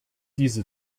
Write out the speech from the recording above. diese